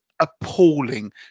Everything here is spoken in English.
appalling